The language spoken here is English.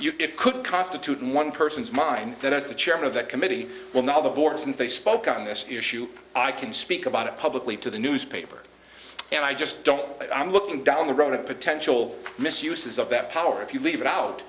it could constitute one person's mind that as the chairman of that committee will not the board since they spoke on this issue i can speak about it publicly to the newspaper and i just don't i'm looking down the road of potential misuses of that power if you leave it out